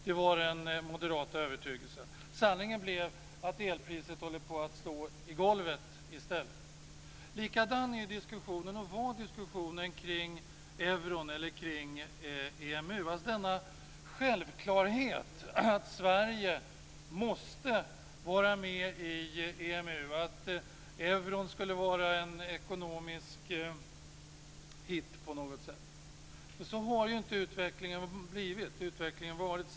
Det var den moderata övertygelsen. Sanningen blev att elpriset i stället håller på att gå i golvet. Likadan är diskussionen, och var diskussionen, kring euron och kring EMU. Där fanns denna självklarhet när det gäller att Sverige måste vara med i EMU och att euron skulle vara en ekonomisk hit på något sätt. Men så har ju inte utvecklingen varit.